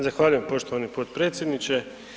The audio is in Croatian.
Zahvaljujem poštovani potpredsjedniče.